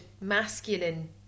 masculine